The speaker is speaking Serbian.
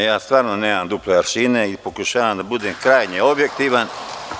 Ne, ja stvarno nemam duple aršine i pokušavam da budem krajnje objektivan.